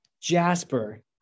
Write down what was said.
Jasper